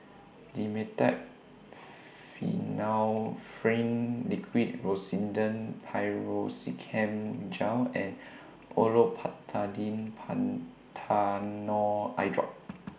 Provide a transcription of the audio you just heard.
Dimetapp Liquid Rosiden Piroxicam Gel and Olopatadine Patanol Eyedrop